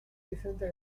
vicente